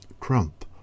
Trump